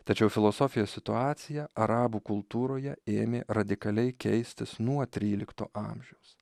tačiau filosofijos situacija arabų kultūroje ėmė radikaliai keistis nuo trylikto amžiaus